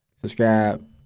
Subscribe